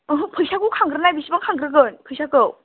ओहो फैसाखौ खांग्रोनाया बेसेबां खांग्रोगोन फैसाखौ